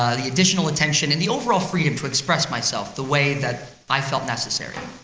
ah the additional attention, and the overall freedom to express myself the way that i felt necessary.